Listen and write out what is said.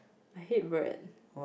I hate bread